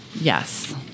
Yes